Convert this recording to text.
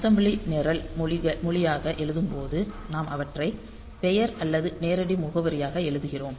assembly நிரல் மொழியாக எழுதும் போது நாம் அவற்றை பெயர் அல்லது நேரடி முகவரியாக எழுதுகிறோம்